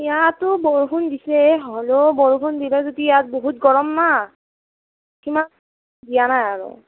ইয়াতো বৰষুণ দিছেই হ'লেও বৰষুণ দিলে যদি ইয়াত বহুত গৰম না সিমান দিয়া নাই আৰু